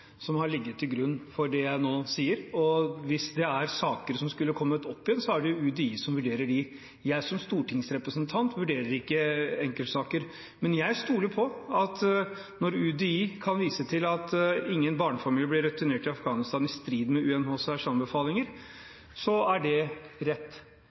har ligget til grunn for det jeg nå sier. Hvis saker skulle komme opp igjen, er det UDI som vurderer dem. Jeg som stortingsrepresentant vurderer ikke enkeltsaker, men jeg stoler på at når UDI kan vise til at ingen barnefamilier blir returnert til Afghanistan i strid med UNHCRs anbefalinger, er det rett.